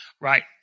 Right